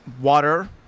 water